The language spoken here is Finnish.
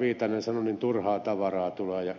viitanen sanoi niin turhaa tavaraa tulee